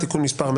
בוקר טוב,